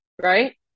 right